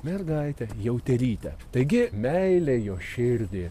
mergaitę jauterytę taigi meilė jo širdį